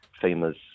famous